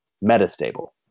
meta-stable